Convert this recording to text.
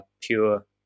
pure